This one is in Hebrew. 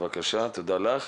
תודה לך.